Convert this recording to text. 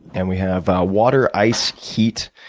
and we have water, ice, heat,